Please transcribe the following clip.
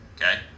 Okay